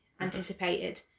anticipated